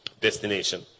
destination